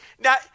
now